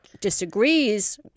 disagrees